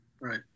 Right